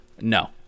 No